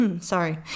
Sorry